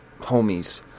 homies